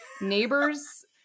neighbors